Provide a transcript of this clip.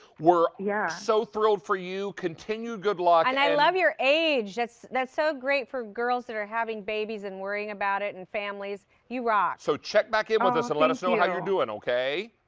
we're yeah so thrilled for you, continued good luck. and i love your age, that's that's so great for girls that are having babies and worrying about it and families. you rock. so check back in with us and let us know and how you're doing, okay?